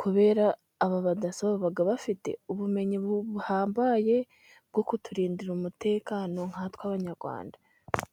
Kubera abo badaso baba bafite ubumenyi buhambaye bwo kuturindira umutekano nkatwe abanyarwanda.